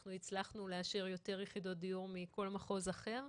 אנחנו הצלחנו לאשר יותר יחידות דיור מכל מחוז אחר.